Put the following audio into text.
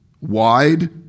Wide